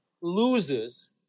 loses